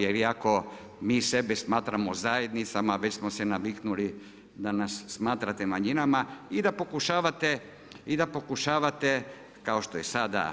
Jer iako mi sebe smatramo zajednicama već smo se naviknuli da nas smatrate manjinama i da pokušavate kao što je sada